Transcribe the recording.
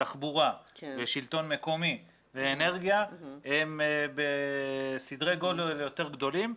ותחבורה ושלטון מקומי ואנרגיה הם בסדרי גודל יותר גדולים,